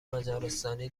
مجارستانی